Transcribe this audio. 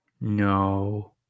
No